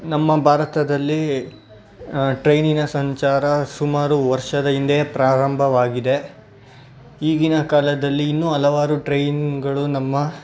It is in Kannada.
ನಮ್ಮ ಭಾರತದಲ್ಲಿ ಟ್ರೈನಿನ ಸಂಚಾರ ಸುಮಾರು ವರ್ಷದ ಹಿಂದೆಯೇ ಪ್ರಾರಂಭವಾಗಿದೆ ಈಗಿನ ಕಾಲದಲ್ಲಿ ಇನ್ನೂ ಹಲವಾರು ಟ್ರೈನ್ಗಳು ನಮ್ಮ